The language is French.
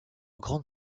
grande